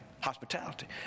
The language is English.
Hospitality